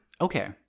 Okay